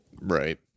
Right